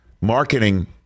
marketing